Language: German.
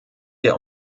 der